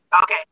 okay